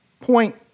point